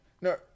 No